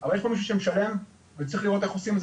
אבל יש פה מישהו שמשלם וצריך לראות איך עושים את